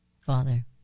Father